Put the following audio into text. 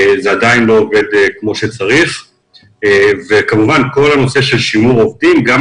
זה עדיין לא עובד כמו שצריך וכמובן כל הנושא של שימור עובדים כאשר